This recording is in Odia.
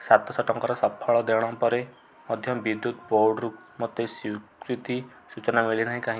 ସାତଶହ ଟଙ୍କାର ସଫଳ ଦେଣ ପରେ ମଧ୍ୟ ବିଦ୍ୟୁତ୍ ବୋର୍ଡ଼ରୁ ମୋତେ ସ୍ଵୀକୃତି ସୂଚନା ମିଳି ନାହିଁ କାହିଁ